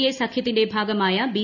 A സഖ്യത്തിന്റെ ഭാഗമായ B